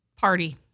Party